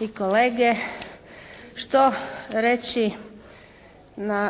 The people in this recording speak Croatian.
i kolege. Što reći na